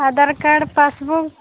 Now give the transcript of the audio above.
Aadhaar card passbook